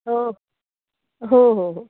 हो हो हो हो